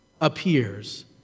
appears